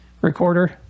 recorder